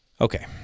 Okay